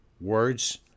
words